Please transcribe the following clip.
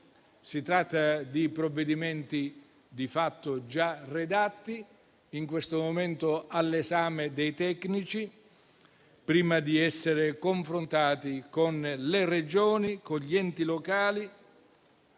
Si tratta di provvedimenti di fatto già redatti, in questo momento all'esame dei tecnici, prima di essere sottoposti a confronto con le Regioni e gli enti locali